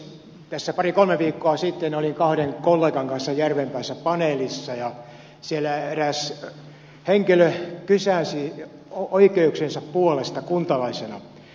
tässä pari kolme viikkoa sitten olin kahden kollegan kanssa järvenpäässä paneelissa ja siellä eräs henkilö kysäisi oikeuksiensa puolesta kuntalaisena